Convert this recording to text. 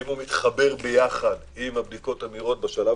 שאם הוא מתחבר יחד עם הבדיקות המהירות בשלב